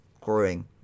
growing